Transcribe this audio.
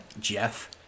Jeff